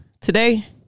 today